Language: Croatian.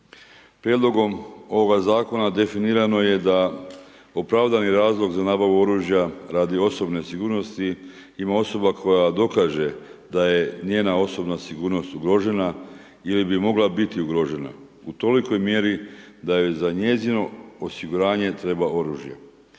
Prijedlogom ovoga zakona definirano je da opravdani razlog za nabavu oružja radi osobne sigurnosti ima osoba koja dokaže da je njena osobna sigurnost ugrožena ili bi mogla biti ugrožena u tolikoj mjeri da joj za njezino osiguranje treba oružje,